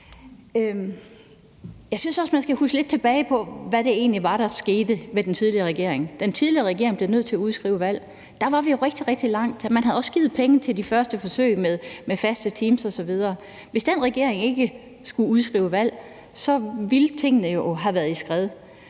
Jeg synes også, man skal huske lidt tilbage på, hvad det egentlig var, der skete under den tidligere regering. Den tidligere regering blev nødt til at udskrive et valg. Der var vi rigtig, rigtig langt, og man havde også givet penge til de første forsøg med faste teams osv. Hvis den regering ikke havde skullet udskrive valg, ville tingene jo have været i skred.